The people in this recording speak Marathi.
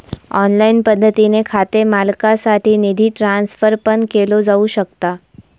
ऑनलाइन पद्धतीने खाते मालकासाठी निधी ट्रान्सफर पण केलो जाऊ शकता